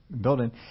building